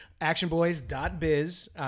actionboys.biz